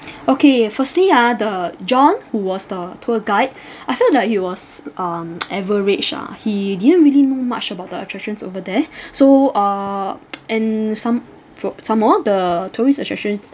okay firstly ah the john who was the tour guide I felt like he was um average ah he didn't really know much about the attractions over there so err and some for some more the tourist attractions